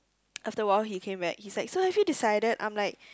after awhile he came back he's like so have you decided I'm like